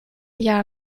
jahr